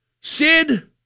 Sid